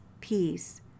peace